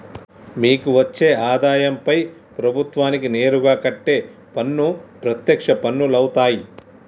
మీకు వచ్చే ఆదాయంపై ప్రభుత్వానికి నేరుగా కట్టే పన్ను ప్రత్యక్ష పన్నులవుతాయ్